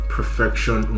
Perfection